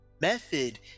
method